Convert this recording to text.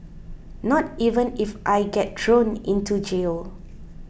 not even if I get thrown into jail